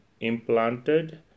implanted